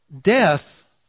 death